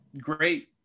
great